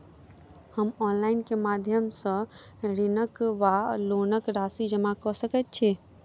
हम ऑनलाइन केँ माध्यम सँ ऋणक वा लोनक राशि जमा कऽ सकैत छी?